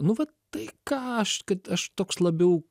nu vat tai ką aš kad aš toks labiau